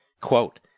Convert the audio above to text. quote